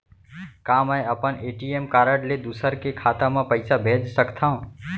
का मैं अपन ए.टी.एम कारड ले दूसर के खाता म पइसा भेज सकथव?